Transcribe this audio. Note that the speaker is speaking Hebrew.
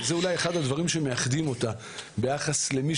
וזה אולי אחד הדברים שמייחדים אותה ביחס למי